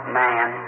man